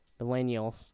millennials